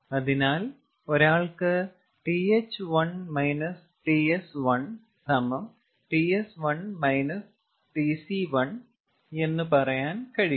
അതിനാൽ ഒരാൾക്ക് Th1 Ts1Ts1 Tc1 എന്ന് പറയാൻ കഴിയും